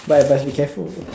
but must be careful